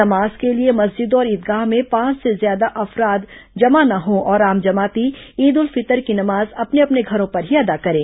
नमाज़ के लिए मस्जिदों और ईदगाहों में पांच से ज्यादा अफराद जमा न हों और आम जमाती ईद उल फितर की नमाज अपने अपने घरों पर ही अदा करें